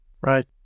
Right